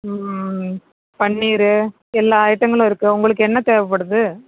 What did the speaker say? ம் பன்னீர் எல்லா ஐட்டங்களும் இருக்கு உங்களுக்கு என்ன தேவைப்படுது